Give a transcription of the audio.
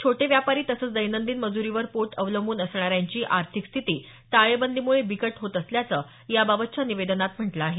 छोटे व्यापारी तसंच दैनंदिन मजूरीवर पोट अवलंबून असणाऱ्यांची आर्थिक स्थिती टाळेबंदीमुळे बिकट होत असल्याचं याबाबतच्या निवेदनात म्हटलं आहे